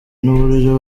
nuburyo